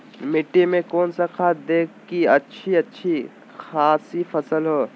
मिट्टी में कौन सा खाद दे की अच्छी अच्छी खासी फसल हो?